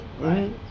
Right